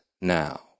now